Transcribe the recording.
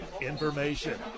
information